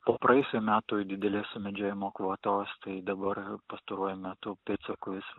po praėjusių metų didelės sumedžiojimo kvotos tai dabar pastaruoju metu pėdsakus